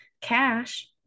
cash